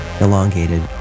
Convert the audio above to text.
elongated